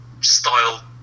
style